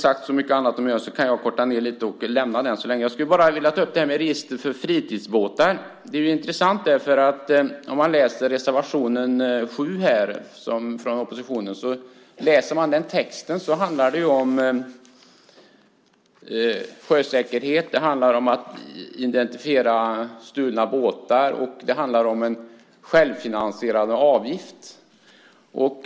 Jag skulle vilja ta upp frågan om register för fritidsbåtar som tas upp i reservation 7 från oppositionen. Det handlar om sjösäkerhet, om att identifiera stulna båtar och om en självfinansierande avgift.